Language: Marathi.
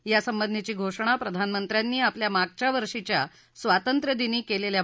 यासंबंधीची घोषणा प्रधानमंत्र्यांनी आपल्या मागच्या वर्षीच्या स्वातंत्र्यदिनी केलेल्या भाषणात केली होती